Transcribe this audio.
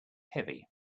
heavy